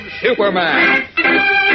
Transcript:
Superman